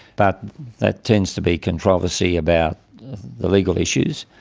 but that tends to be controversy about the legal issues,